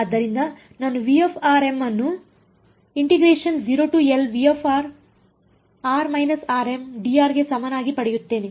ಆದ್ದರಿಂದ ನಾನು ಅನ್ನು ಗೆ ಸಮಾನವಾಗಿ ಪಡೆಯುತ್ತೇನೆ